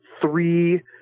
three